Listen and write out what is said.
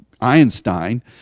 Einstein